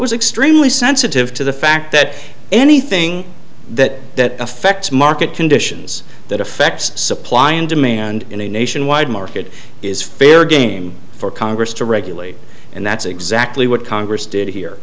was extremely sensitive to the fact that anything that affects market conditions that affects supply and demand in a nationwide market is fair game for congress to regulate and that's exactly what congress did here